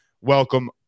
welcome